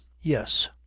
Yes